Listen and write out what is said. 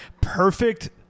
perfect